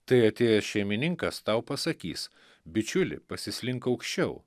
tai atėjęs šeimininkas tau pasakys bičiuli pasislink aukščiau